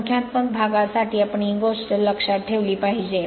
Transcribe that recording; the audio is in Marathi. संख्यात्मक भागासाठी आपण ही गोष्ट लक्षात ठेवली पाहिजे